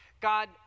God